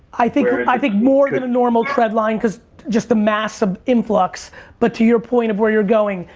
i think i think more than a normal trendline cause just the mass of influx but to your point of where you're going,